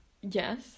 Yes